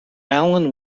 allen